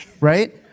right